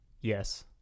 Yes